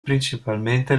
principalmente